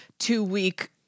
two-week